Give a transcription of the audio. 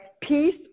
peace